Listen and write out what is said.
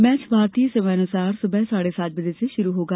match भारतीय समयानुसार सुबह साढे सात बजे शुरू होगा